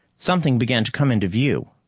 something began to come into view,